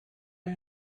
you